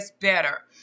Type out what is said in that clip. better